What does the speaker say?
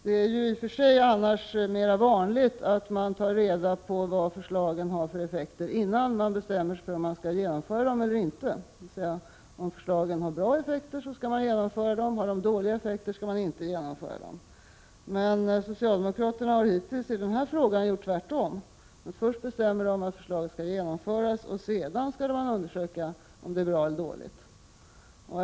Det är i och för sig mer vanligt att man tar reda på vad förslagen har för effekter innan man bestämmer sig för om man skall genomföra dem eller inte. Om förslagen har bra effekter skall man genomföra dem. Har de dåliga effekter skall man inte genomföra dem. Men socialdemokraterna har hittills i denna fråga gjort 27 tvärtom. Först bestämmer de att förslaget skall genomföras, sedan skall de undersöka om det är bra eller dåligt.